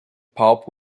pop